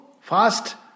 fast